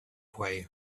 way